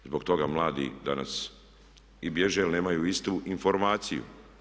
Zbog toga mladi danas i bježe jer nemaju istu informaciju.